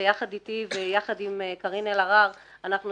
שביחד איתי וביחד עם קארין אלהרר אנחנו